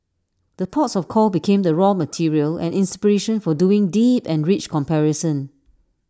the ports of call become the raw material and inspiration for doing deep and rich comparison